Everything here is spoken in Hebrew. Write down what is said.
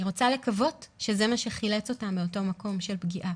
אני רוצה לקוות שזה מה שחילץ אותה מאותו מקום של פגיעה.